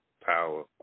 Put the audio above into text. power